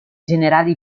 generali